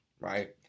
right